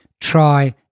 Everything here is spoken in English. try